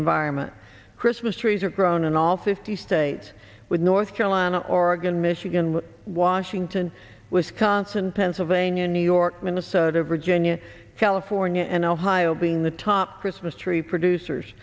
environment christmas trees are grown in all fifty states with north carolina oregon michigan washington wisconsin pennsylvania new york minnesota virginia california and ohio being the top christmas tree producers